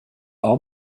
all